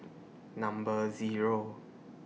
Number Zero